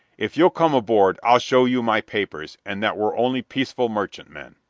if you'll come aboard i'll show you my papers and that we're only peaceful merchantmen.